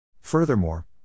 Furthermore